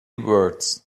words